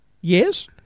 Yes